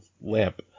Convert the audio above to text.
lamp